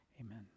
Amen